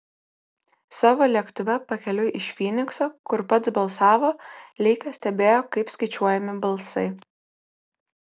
savo lėktuve pakeliui iš fynikso kur pats balsavo leikas stebėjo kaip skaičiuojami balsai